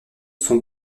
son